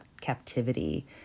captivity